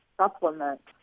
supplement